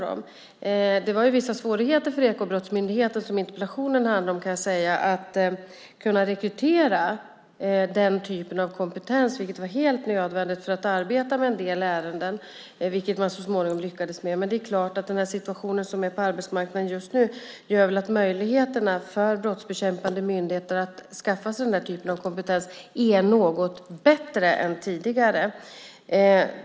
Det var vissa svårigheter för Ekobrottsmyndigheten, som interpellationen handlar om, att rekrytera den typen av kompetens, vilket var helt nödvändigt för att man skulle kunna arbeta med en del ärenden. Så småningom lyckades man med detta, men det är klart att den situation som råder på arbetsmarknaden just nu gör att möjligheterna för brottsbekämpande myndigheter att skaffa sig den typen av kompetens är något bättre än tidigare.